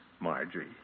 Marjorie